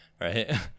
right